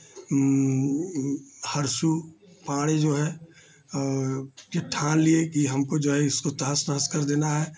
हरसु पांड़े जो है और जब ठान लिए कि हमको जो है इसको तहस नहस कर देना है